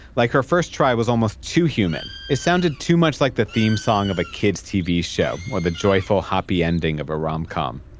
like, her first try was almost too human. it sounded too much like the theme song of a kid's tv show, or the joyful, hoppy ending of a rom com